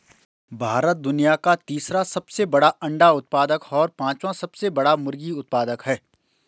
भारत दुनिया का तीसरा सबसे बड़ा अंडा उत्पादक और पांचवां सबसे बड़ा मुर्गी उत्पादक है